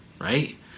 right